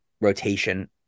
rotation